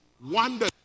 wonder